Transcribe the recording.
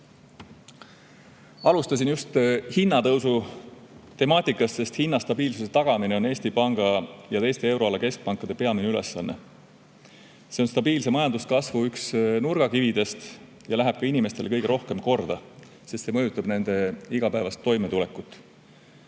Alustasin just hinnatõusu temaatikast, sest hinnastabiilsuse tagamine on Eesti Panga ja teiste euroala keskpankade peamine ülesanne. See on stabiilse majanduskasvu üks nurgakividest ja läheb inimestele kõige rohkem korda, sest see mõjutab nende igapäevast toimetulekut.